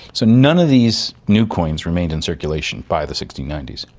so none of these new coins remained in circulation by the sixteen ninety s.